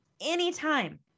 anytime